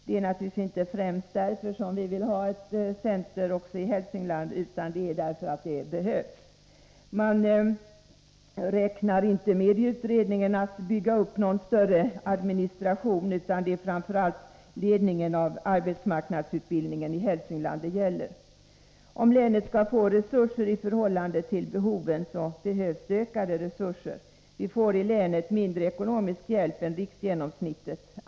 Det är naturligtvis inte främst därför vi vill ha ett center också i Hälsingland, utan därför att det behövs. I utredningen räknar man inte med att bygga upp någon större administration, utan det är framför allt ledningen av arbetsmarknadsutbildningen i Hälsingland det gäller. För att länet skall få resurser i förhållande till behoven behövs ökade resurser. Vi får i länet mindre ekonomisk hjälp än riksgenomsnittet.